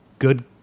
good